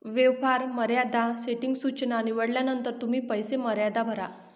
व्यवहार मर्यादा सेटिंग सूचना निवडल्यानंतर तुम्ही पैसे मर्यादा भरा